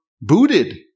booted